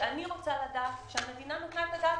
ואני רוצה לדעת שהמדינה נתנה עליהן את הדעת.